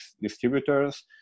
distributors